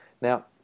Now